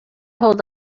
hold